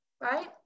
Right